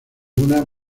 una